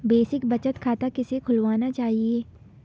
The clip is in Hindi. बेसिक बचत खाता किसे खुलवाना चाहिए?